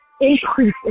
increase